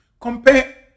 compare